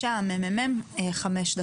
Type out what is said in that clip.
בבקשה, מחלקת המחקר והמידע של הכנסת, חמש דקות.